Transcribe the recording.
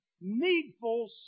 needful